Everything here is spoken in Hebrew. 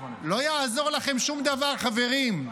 לא יעזור לכם שום דבר, חברים.